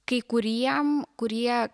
kai kuriem kurie